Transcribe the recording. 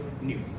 news